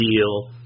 deal